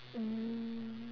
mm